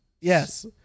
Yes